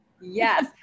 Yes